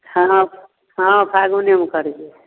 हँ हँ फाल्गुनेमे करबै